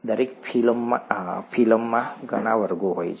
દરેક ફિલમમાં ઘણા વર્ગો હોય છે